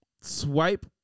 swipe